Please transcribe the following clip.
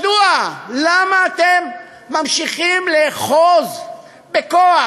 מדוע, למה אתם ממשיכים לאחוז בכוח?